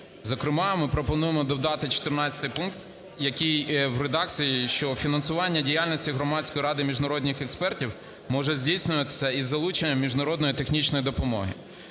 Зокрема ми пропонуємо додати 14 пункт, який в редакції, що "Фінансування діяльності Громадської ради міжнародних експертів може здійснюватись із залученням міжнародної технічної допомоги".